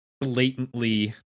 blatantly